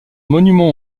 monument